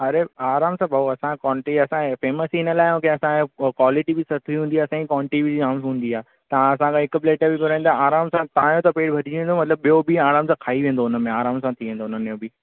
अरे आराम सां भऊ असां काउंटी असां फेमस ई हिन लाइ आहियूं की असांजी क्वा कुवालिटी बि सस्ती हूंदी आहे असां क्वान्टी बि जाम हूंदी आहे तव्हां असां सां हिकु प्लेट बि घुराईन्दा आराम सां तव्हांजो त पेट भरिजी वेंदो मतिलब त ॿियो बि आराम सां खाई वेंदो उनमें आराम सां थी वेंदो उनमें बि